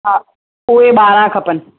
हा उहे ॿारहं खपनि